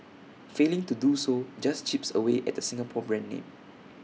failing to do so just chips away at the Singapore brand name